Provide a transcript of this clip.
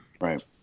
Right